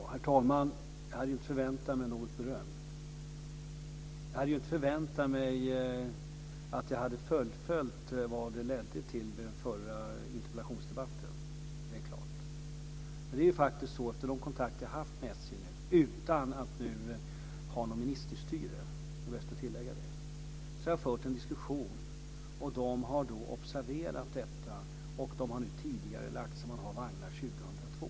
Herr talman! Jag hade inte förväntat mig något beröm. Jag hade inte förväntat mig att jag skulle ha ansetts fullföljt det som den förra interpellationsdebatten ledde till. Efter de kontakter som jag har haft med SJ, utan att ha utövat något ministerstyre - det är bäst att tilllägga det - har jag fört en diskussion med SJ som har observerat problemet och tidigarelagt vagnbeställningen så att man kommer att ha vagnar 2002.